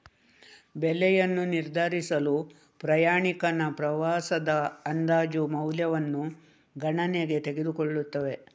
ಬೆಲೆಯನ್ನು ನಿರ್ಧರಿಸಲು ಪ್ರಯಾಣಿಕನ ಪ್ರವಾಸದ ಅಂದಾಜು ಮೌಲ್ಯವನ್ನು ಗಣನೆಗೆ ತೆಗೆದುಕೊಳ್ಳುತ್ತವೆ